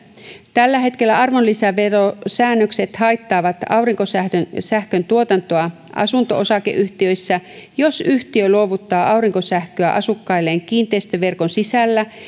tällä hetkellä arvonlisäverosäännökset haittaavat aurinkosähkön tuotantoa asunto osakeyhtiöissä jos yhtiö luovuttaa aurinkosähköä asukkailleen kiinteistöverkon sisällä